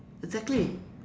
exactly